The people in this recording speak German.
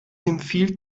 empfiehlt